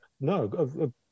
No